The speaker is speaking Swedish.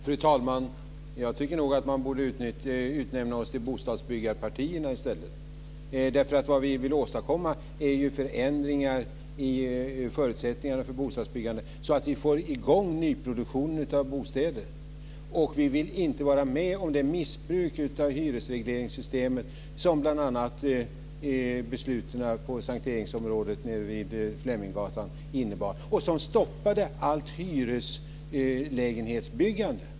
Fru talman! Jag tycker nog att man borde utnämna oss till bostadsbyggarpartierna i stället. Vad vi vill åstadkomma är ju förändringar i förutsättningarna för bostadsbyggandet så att vi får i gång nyproduktion av bostäder. Vi vill inte vara med om det missbruk av hyresregleringssystemet som bl.a. besluten på S:t Eriksområdet vid Fleminggatan innebar och som stoppade allt hyreslägenhetsbyggande.